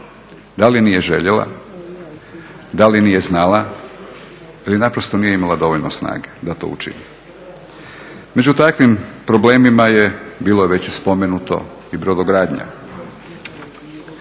Da li nije željela, da li nije znala ili naprosto nije imala dovoljno snage da to učini. Među takvim problemima je, bilo je već i spomenuto, i brodogradnja.